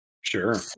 Sure